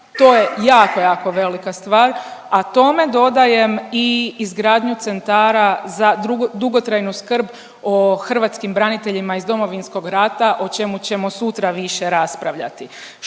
to je jako, jako velika stvar, a tome dodajem i izgradnju centara za dugotrajnu skrb o hrvatskim braniteljima iz Domovinskog rata, o čemu ćemo sutra više raspravljati.